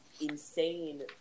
insane